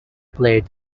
played